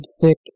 thick